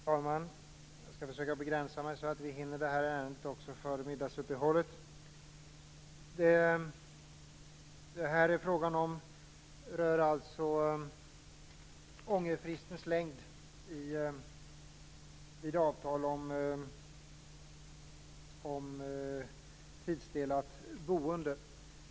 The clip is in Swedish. Fru talman! Jag skall försöka begränsa mig så att vi hinner med det här ärendet också före middagsuppehållet. Det rör ångerfristens längd vid avtal om tidsdelat boende.